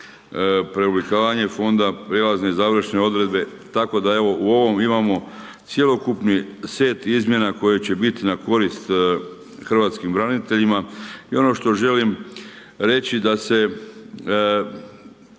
preoblikovanje Fonda, prijelazne i završne odredbe. Tako da evo, u ovom imamo cjelokupni set izmjena koje će biti na korist hrvatskim braniteljima. I ono što želim reći da se